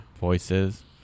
voices